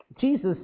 Jesus